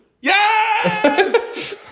Yes